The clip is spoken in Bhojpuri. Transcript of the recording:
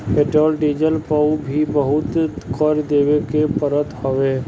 पेट्रोल डीजल पअ भी बहुते कर देवे के पड़त हवे